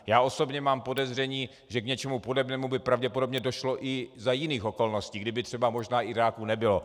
Já osobně mám podezření, že k něčemu podobnému by pravděpodobně došlo i za jiných okolností, i kdyby třeba možná Iráku nebylo.